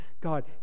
God